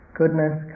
goodness